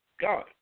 God